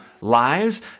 lives